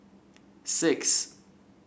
six